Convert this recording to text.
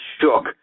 shook